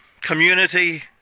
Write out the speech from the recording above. community